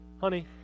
Honey